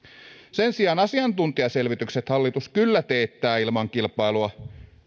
sen sijaan asiantuntijaselvitykset hallitus kyllä teettää ilman kilpailua